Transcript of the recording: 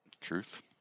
Truth